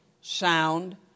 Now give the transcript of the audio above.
sound